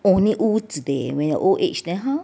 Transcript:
only 屋子 leh when you old age then how